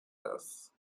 this